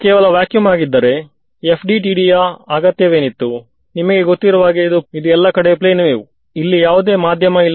ಅವೆಲ್ಲಾ tangential edges ಅಲ್ಲವೇ ಆದುದರಿಂದ ಇದು ಇನ್ನೊಂದು ಎಡ್ಜ್ ಬೇಸ್ FEM ಬಗೆಗಿನ ಒಳ್ಳೆಯ ಭಾಗ ಇದು ನನಗೆ ನೇರವಾಗಿ ದೊರೆತಿದೆ